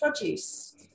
produce